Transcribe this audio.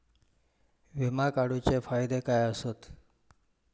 विमा काढूचे फायदे काय आसत?